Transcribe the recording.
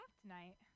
tonight